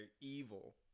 evil